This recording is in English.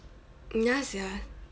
ya sia